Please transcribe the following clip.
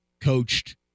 coached